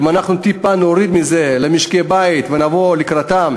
אם אנחנו נוריד מזה טיפה למשקי-בית ונבוא לקראתם,